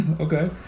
Okay